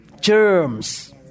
germs